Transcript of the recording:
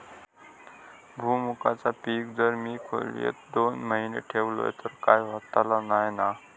भुईमूगाचा पीक जर मी खोलेत दोन महिने ठेवलंय तर काय होतला नाय ना?